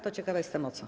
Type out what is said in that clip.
To ciekawa jestem o co.